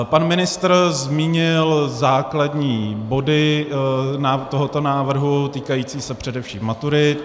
Pan ministr zmínil základní body tohoto návrhu, týkající se především maturit.